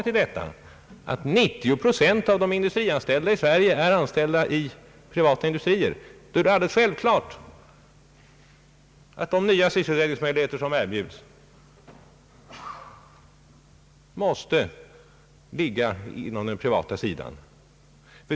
Eftersom 90 procent av de anställda i Sverige återfinns inom privata industrier är det självklart att de nya sysselsättningsmöjligheter som erbjuds oftast ligger inom den privata sektorn.